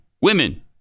women